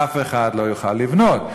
אף אחד לא יוכל לבנות.